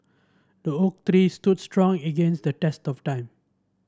the oak tree stood strong against the test of time